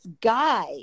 guy